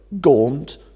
gaunt